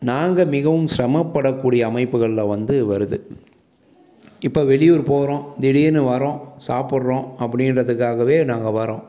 நாங்கள் மிகவும் சிரமப்படக்கூடிய அமைப்புகளில் வந்து வருது இப்போ வெளியூர் போகறோம் திடீர்ன்னு வரோம் சாப்பிட்றோம் அப்படின்றதுக்காகவே நாங்கள் வரோம்